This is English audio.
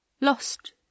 Lost